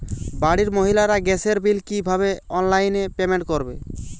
বাড়ির মহিলারা গ্যাসের বিল কি ভাবে অনলাইন পেমেন্ট করবে?